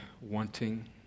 wanting